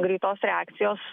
greitos reakcijos